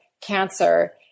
cancer